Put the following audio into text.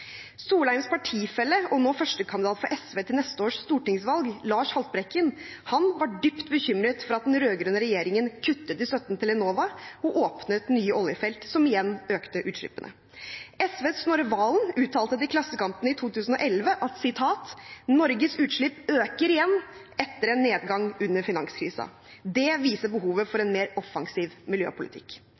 Solheims partifelle og nå førstekandidat for SV til neste års stortingsvalg, Lars Haltbrekken, var dypt bekymret for at den rød-grønne regjeringen kuttet i støtten til Enova og åpnet nye oljefelt, som igjen økte utslippene. SVs Snorre Serigstad Valen uttalte til Klassekampen i 2011: «Norges utslipp øker igjen, etter en nedgang under finanskrisa. Det viser behovet for en mer offensiv miljøpolitikk.»